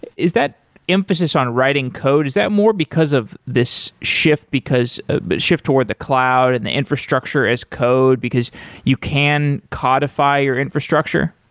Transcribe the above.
is that emphasis on writing code, is that more because of this shift, ah shift toward the cloud and the infrastructure as code, because you can codify your infrastructure?